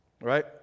right